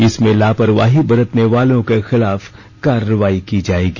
इसमें लापरवाही बरतने वालों के खिलाफ कार्रवाई की जाएगी